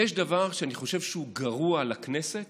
אם יש דבר שאני חושב שהוא גרוע לכנסת,